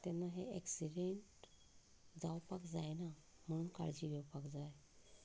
तेन्ना हे एक्सिडेंट जावपाक जायना म्हूण काळजी घेवपाक जाय